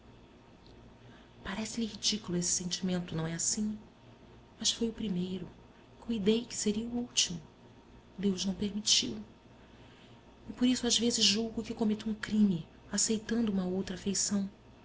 parece-lhe ridículo esse sentimento não e assim mas foi o primeiro cuidei que seria o último deus não permitiu e por isso às vezes julgo que cometo um crime aceitando uma outra afeição